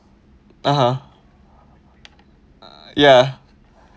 (uh huh) ya